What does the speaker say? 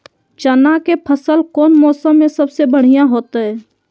चना के फसल कौन मौसम में सबसे बढ़िया होतय?